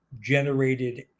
generated